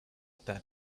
that